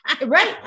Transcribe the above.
right